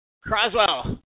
Croswell